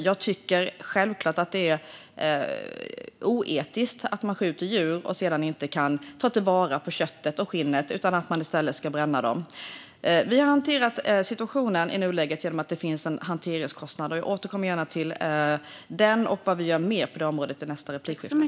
Jag tycker självklart att det är oetiskt att man skjuter djur och sedan inte kan ta vara på köttet och skinnet utan i stället måste bränna det. Vi har i nuläget hanterat situationen genom att det finns en hanteringskostnad. Jag återkommer gärna till den och till vad vi gör mer på området i nästa inlägg.